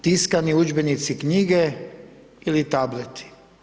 Tiskani udžbenici i knjige ili tableti.